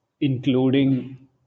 including